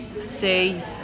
see